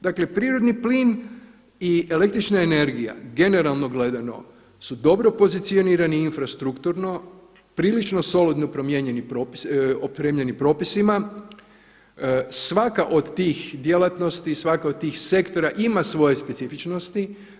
Dakle prirodni plin i električna energija generalno gledano su dobro pozicionirani infrastrukturno, prilično solidno promijenjeni propisi, opremljeni propisima, svaka od tih djelatnosti i svaka od tih sektora ima svoje specifičnosti.